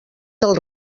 del